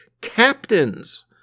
Captains